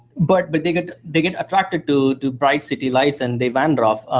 but but they they get attracted to to bright city lights and they wander off.